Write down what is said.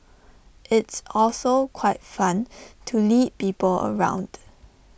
it's also quite fun to lead people around